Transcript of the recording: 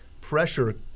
Pressure